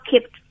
kept